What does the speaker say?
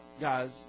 guys